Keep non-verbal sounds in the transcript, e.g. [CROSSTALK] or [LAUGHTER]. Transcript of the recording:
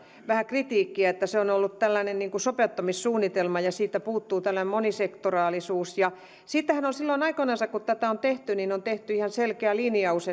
vähän kritiikkiä että se on ollut sopeuttamissuunnitelma ja siitä puuttuu tällainen monisektoraalisuus siitähän silloin aikoinansa kun tätä on tehty on tehty ihan selkeä linjaus [UNINTELLIGIBLE]